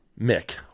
Mick